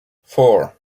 four